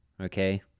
okay